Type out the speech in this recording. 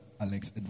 Alex